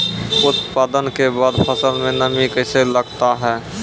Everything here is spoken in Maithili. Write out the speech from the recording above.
उत्पादन के बाद फसल मे नमी कैसे लगता हैं?